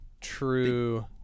true